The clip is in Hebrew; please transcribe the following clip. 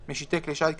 (משיטי כלי שיט קטנים),